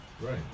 right